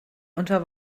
unter